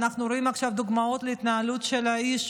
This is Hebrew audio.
אנחנו רואים עכשיו דוגמאות להתנהלות של האיש,